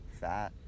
fat